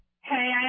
Hey